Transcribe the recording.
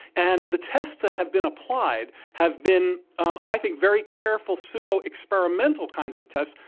and the tests that have been applied have been, um i think, very careful pseudo-experimental kinds of tests,